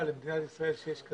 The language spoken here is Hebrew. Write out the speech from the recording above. אפשר לדבר על הכפלת האוכלוסייה שם,